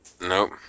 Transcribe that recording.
Nope